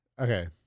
Okay